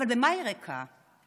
אבל במה היא ריקה?